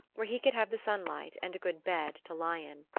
where he could have the sunlight and a good bed to lie in.